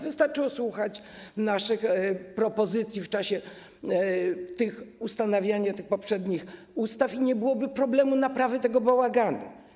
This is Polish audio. Wystarczyło słuchać naszych propozycji w czasie uchwalania tych poprzednich ustaw i nie byłoby problemu naprawy tego bałaganu.